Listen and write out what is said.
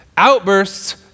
Outbursts